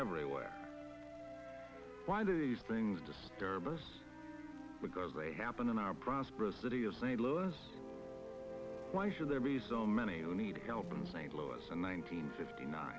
everywhere why do these things disturb us because they happen in our prosperous city of st louis why should there be so many who need help in st louis and one nine hundred fifty nine